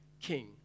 king